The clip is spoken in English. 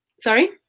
Sorry